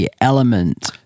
element